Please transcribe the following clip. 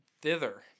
Thither